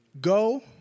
Go